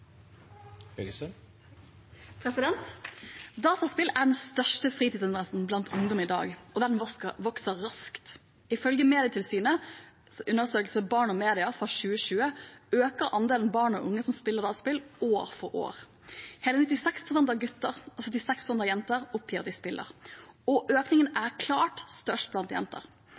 den største fritidsinteressen blant ungdom i dag, og den vokser raskt. Ifølge Medietilsynets undersøkelse Barn og medier 2020 øker andelen barn og unge som spiller dataspill, år for år. Hele 96 pst. av gutter og 76 pst. av jenter oppgir at de spiller, og økningen er klart størst blant jenter.